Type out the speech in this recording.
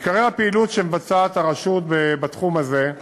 עיקרי הפעילות שמבצעת הרשות בתחום הזה,